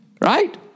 Right